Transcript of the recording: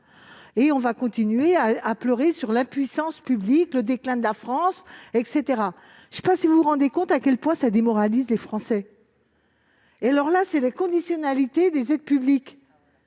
: on va continuer à pleurer sur l'impuissance publique, le déclin de la France, etc. Je ne sais pas si vous vous rendez compte à quel point ça démoralise les Français. Là, il s'agit des conditionnalités des aides publiques.